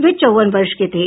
वे चौवन वर्ष के थे